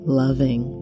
loving